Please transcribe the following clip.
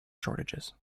shortages